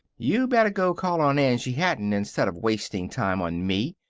you better go call on angie hatton instead of wasting time on me.